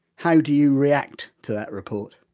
how do you react to that report?